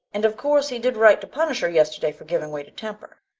and of course he did right to punish her yesterday for giving way to temper.